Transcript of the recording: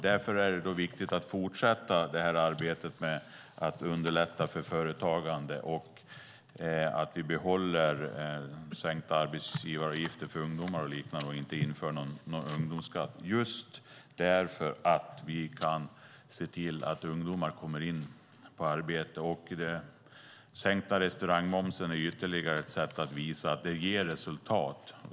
Därför är det viktigt att fortsätta med arbetet för att underlätta för företagande, att vi behåller sänkta arbetsgivaravgifter för ungdomar och liknande och att vi inte inför någon ungdomsskatt. Det är viktigt för att vi ska kunna se till att ungdomar kommer in i arbete. Den sänkta restaurangmomsen är ytterligare ett sätt att visa att det ger resultat.